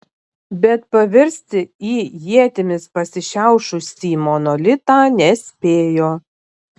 bet pavirsti į ietimis pasišiaušusį monolitą nespėjo